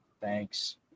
Thanks